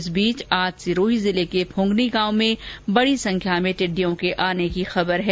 इस बीच आज सिरोही जिले के फुंगनी गांव में बडी संख्या में टिडि्डयों के आने की खबर है